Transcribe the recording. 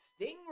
stingray